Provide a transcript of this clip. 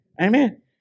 Amen